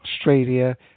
Australia